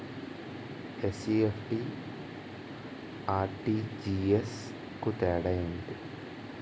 NEFT, RTGS కు తేడా ఏంటి?